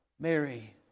Mary